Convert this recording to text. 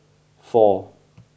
four